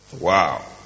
Wow